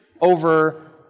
over